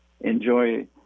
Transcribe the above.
enjoy